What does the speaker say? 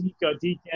Deacon